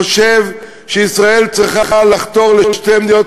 חושב שישראל צריכה לחתור לשתי מדינות